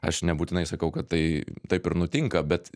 aš nebūtinai sakau kad tai taip ir nutinka bet